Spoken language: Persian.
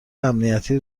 امنیتی